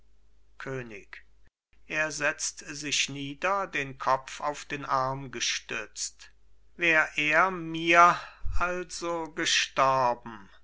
könig er setzt sich nieder den kopf auf den arm gestützt wär er mir also gestorben